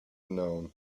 known